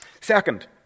Second